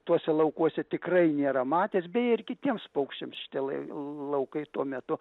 tuose laukuose tikrai nėra matęs bei ir kitiems paukščiams šitie lau laukai tuo metu